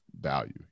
value